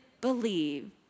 believe